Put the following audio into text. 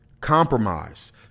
compromise